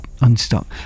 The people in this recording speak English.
unstuck